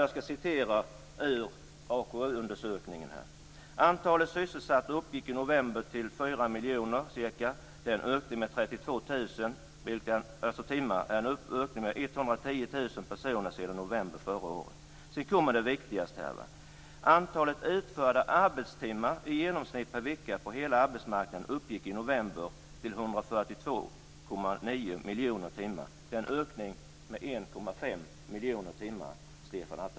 Jag skall citera ur AKU-undersökningen: Sedan kommer det viktigaste: "Antalet utförda arbetstimmar i genomsnitt per vecka på hela arbetsmarknaden uppgick i november till 142,9 miljoner timmar." Attefall.